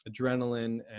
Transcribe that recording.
adrenaline